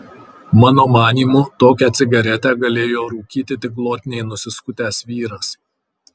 mano manymu tokią cigaretę galėjo rūkyti tik glotniai nusiskutęs vyras